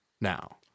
now